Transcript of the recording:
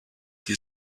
que